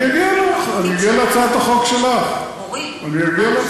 אני אגיע גם להצעת החוק שלך, אני אסביר.